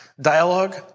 dialogue